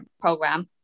program